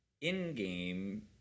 In-game